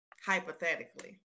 hypothetically